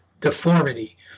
deformity